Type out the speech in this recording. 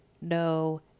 No